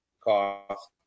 cost